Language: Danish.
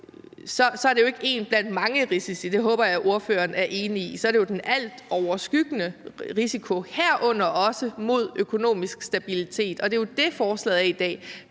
så er det jo ikke én blandt mange risici – det håber jeg at ordføreren er enig i – så er det jo den altoverskyggende risiko, herunder også mod den økonomiske stabilitet. Og det er jo det, forslaget i dag